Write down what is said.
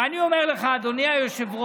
ואני אומר לך, אדוני היושב-ראש: